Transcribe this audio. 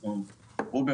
אנחנו רואים